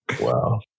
Wow